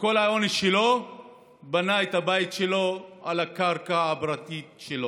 שכל החטא שלו הוא שבנה את הבית שלו על הקרקע הפרטית שלו,